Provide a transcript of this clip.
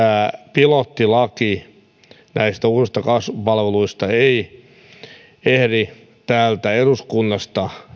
pilottilaki uusista kasvupalveluista ei ehdi täältä eduskunnasta